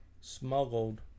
smuggled